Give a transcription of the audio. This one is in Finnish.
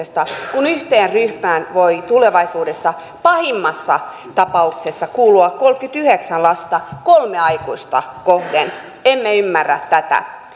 kun yhteen ryhmään voi tulevaisuudessa pahimmassa tapauksessa kuulua kolmekymmentäyhdeksän lasta kolmea aikuista kohden emme ymmärrä tätä